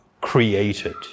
created